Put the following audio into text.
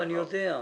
אני יודע.